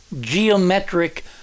geometric